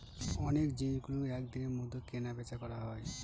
অনেক জিনিসগুলো এক দিনের মধ্যে কেনা বেচা করা হয়